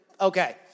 okay